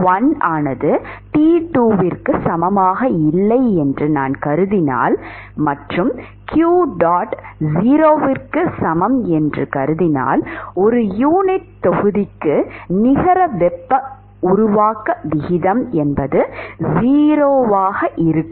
T1 ஆனது T2 க்கு சமமாக இல்லை என்று நான் கருதினால் மற்றும் qdot 0 க்கு சமம் என்று கருதினால் ஒரு யூனிட் தொகுதிக்கு நிகர வெப்ப உருவாக்க விகிதம் 0 ஆகும்